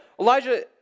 Elijah